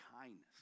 kindness